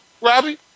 Robbie